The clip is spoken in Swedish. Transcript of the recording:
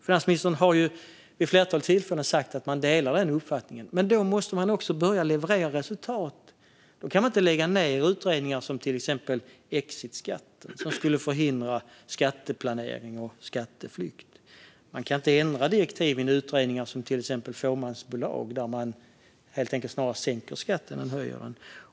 Finansministern har vid ett flertal tillfällen sagt att man delar vår uppfattning. Men då måste man börja leverera resultat. Då kan man inte lägga ned utredningar om till exempel exitskatt för att förhindra skatteplanering och skatteflykt. Man kan inte ändra direktiven i utredningar om till exempel fåmansbolag där man helt enkelt snarare sänker skatten än höjer den.